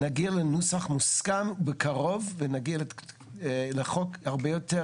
נגיע לנוסח מוסכם בקרוב ונגיע לחוק הרבה יותר